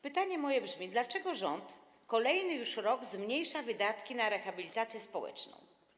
Pytanie moje brzmi: Dlaczego rząd kolejny już rok zmniejsza wydatki na rehabilitację społeczną?